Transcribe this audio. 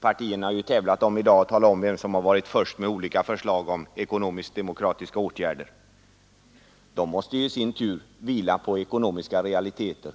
Partierna har ju här i dag tävlat om att tala om vem som har varit först med olika förslag om ekonomiskt-demokratiska åtgärder. Dessa måste i sin tur vila på ekonomiska realiteter.